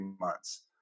months